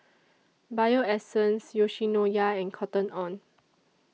Bio Essence Yoshinoya and Cotton on